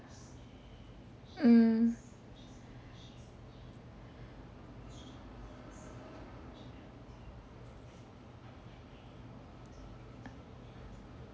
mm